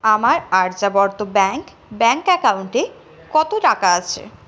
আমার Aryavart bank bank অ্যাকাউন্টে কত টাকা আছে